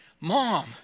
Mom